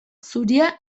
zuria